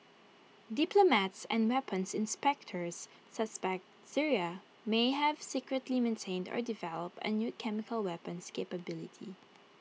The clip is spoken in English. diplomats and weapons inspectors suspect Syria may have secretly maintained or developed A new chemical weapons capability